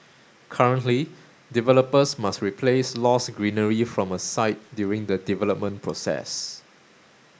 currently developers must replace lost greenery from a site during the development process